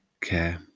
care